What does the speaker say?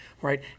right